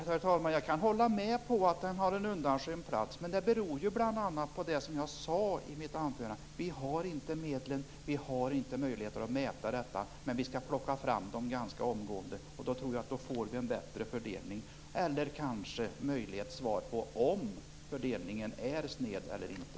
Herr talman! Jag kan hålla med om att den har en undanskymd plats. Men det beror ju bl.a. på det jag sade i mitt anförande. Vi har inte några medel och inte möjlighet att göra mätningar. Men vi skall plocka fram det ganska omgående. Då tror jag att vi får en bättre fördelning eller kanske möjligen ett svar på om fördelningen är sned eller inte.